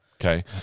Okay